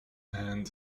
and